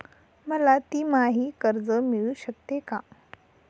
मला तिमाही कर्ज मिळू शकते का?